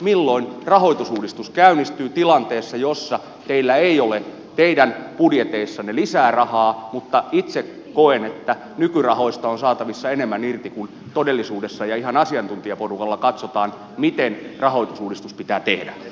milloin rahoitusuudistus käynnistyy tilanteessa jossa teillä ei ole teidän budjeteissanne lisää rahaa mutta itse koen että nykyrahoista on saatavissa enemmän irti kun todellisuudessa ja ihan asiantuntijaporukalla katsotaan miten rahoitusuudistus pitää tehdä